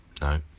no